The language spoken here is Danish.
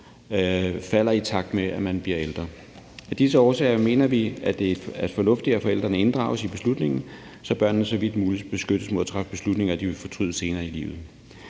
falder, i takt med at man bliver ældre. Af disse årsager mener vi, at det er fornuftigt, at forældrene inddrages i beslutningen, så børnene så vidt muligt beskyttes mod at træffe beslutninger, de vil fortryde senere i livet.